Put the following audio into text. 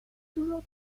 toujours